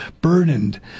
burdened